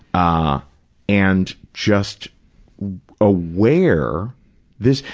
ah and just aware this,